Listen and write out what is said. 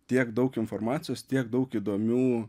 tiek daug informacijos tiek daug įdomių